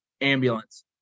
ambulance